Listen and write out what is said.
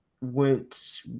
went